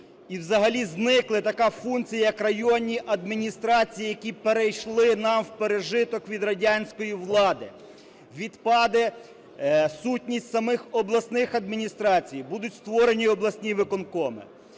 і взагалі зникла така функція, як районні адміністрації, які перейшли нам в пережиток від радянської влади. Відпаде сутність самих обласних адміністрацій, будуть створені обласні виконкоми.